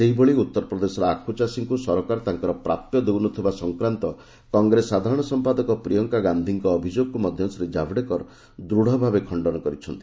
ସେହିଭଳି ଉତ୍ତରପ୍ରଦେଶର ଆଖୁଚାଷୀଙ୍କୁ ସରକାର ତାଙ୍କର ପ୍ରାପ୍ୟ ଦେଉ ନ ଥିବା ସଂକ୍ରାନ୍ତ କଂଗ୍ରେସ ସାଧାରଣ ସମ୍ପାଦକ ପ୍ରିୟଙ୍କା ଗାନ୍ଧୀଙ୍କ ଅଭିଯୋଗକୁ ମଧ୍ୟ ଶ୍ରୀ ଜାଭେଡକର ଦୃଢଭାବେ ଖଣ୍ଡନ କରିଛନ୍ତି